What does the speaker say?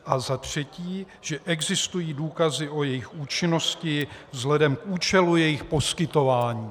A za třetí, že existují důkazy o jejich účinnosti vzhledem k účelu jejich poskytování.